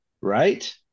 right